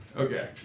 Okay